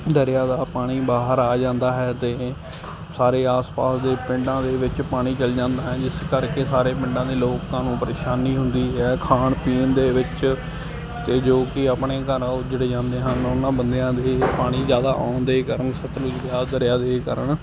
ਦਰਿਆ ਦਾ ਪਾਣੀ ਬਾਹਰ ਆ ਜਾਂਦਾ ਹੈ ਅਤੇ ਸਾਰੇ ਆਸ ਪਾਸ ਦੇ ਪਿੰਡਾਂ ਦੇ ਵਿੱਚ ਪਾਣੀ ਚਲ ਜਾਂਦਾ ਹੈ ਜਿਸ ਕਰਕੇ ਸਾਰੇ ਪਿੰਡਾਂ ਦੇ ਲੋਕਾਂ ਨੂੰ ਪਰੇਸ਼ਾਨੀ ਹੁੰਦੀ ਹੈ ਖਾਣ ਪੀਣ ਦੇ ਵਿੱਚ ਅਤੇ ਜੋ ਕਿ ਆਪਣੇ ਘਰ ਆ ਉਹ ਉੱਜੜ ਜਾਂਦੇ ਹਨ ਉਹਨਾਂ ਬੰਦਿਆਂ ਦੇ ਪਾਣੀ ਜ਼ਿਆਦਾ ਆਉਣ ਦੇ ਕਾਰਨ ਸਤਲੁਜ ਆ ਦਰਿਆ ਦੇ ਕਾਰਨ